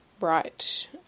right